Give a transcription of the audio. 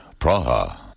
Praha